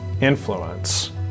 influence